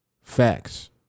Facts